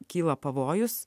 kyla pavojus